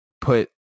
put